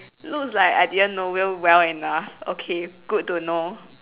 looks like I didn't know you well enough okay good to know